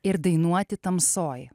ir dainuoti tamsoj